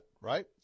right